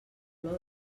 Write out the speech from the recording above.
flor